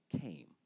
came